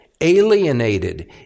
alienated